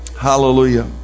Hallelujah